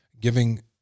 giving